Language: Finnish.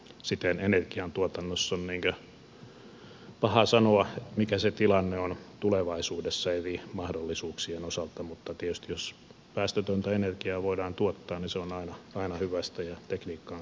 siten energiantuotannossa on paha sanoa mikä se tilanne on tulevaisuudessa eri mahdollisuuksien osalta mutta tietysti jos päästötöntä energiaa voidaan tuottaa niin se on aina hyvästä ja tekniikkaan kannattaa panostaa